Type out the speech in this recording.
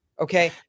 Okay